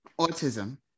autism